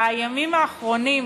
בימים האחרונים,